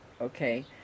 okay